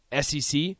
SEC